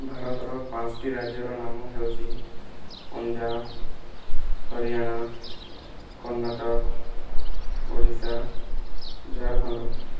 ଭାରତର ପାଞ୍ଚଟି ରାଜ୍ୟର ନାମ ହେଉଛି ପଞ୍ଜାବ ହରିୟଣା କର୍ଣ୍ଣାଟକ ଓଡ଼ିଶା ଝାରଖଣ୍ଡ